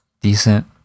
decent